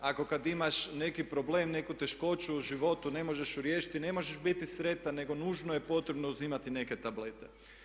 Ako kad imaš neki problem, neku teškoću u životu ne možeš je riješiti i ne možeš biti sretan nego nužno je potrebno uzimati neke tablete.